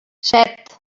set